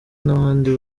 n’abandi